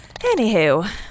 Anywho